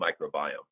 microbiome